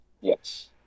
yes